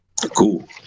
Cool